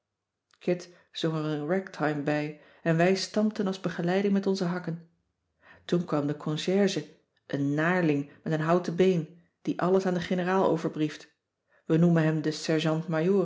een ragtime bij en wij stampten als begeleiding met onze hakken toen kwam de concierge een naarling met een houten been die alles aan de generaal overbrieft we noemen hem de